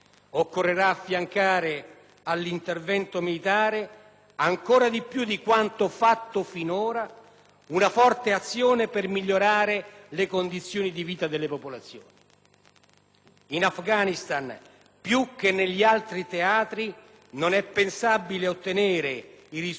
una forte azione per migliorare le condizioni di vita delle popolazioni. In Afghanistan, più che negli altri teatri, non è pensabile ottenere i risultati a cui tende la comunità internazionale se non si riesce ad acquisire il consenso della popolazione.